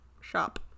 shop